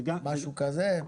משהו כזה?